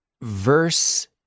verse